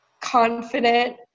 confident